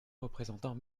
représentant